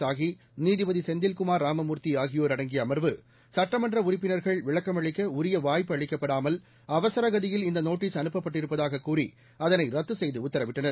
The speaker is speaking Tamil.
சாஹி நீதிபதி செந்தில்குமார் ராமமூர்த்தி ஆகியோர் அடங்கிய அமர்வு சட்டமன்ற உறுப்பினர்கள் விளக்கமளிக்க உரிய வாய்ப்பு அளிக்கப்படாமல் அவசரகதியில் இந்த நோட்டீஸ் அனுப்பப்பட்டிருப்பதாக கூறி அதனை ரத்து செய்து உத்தரவிட்டனர்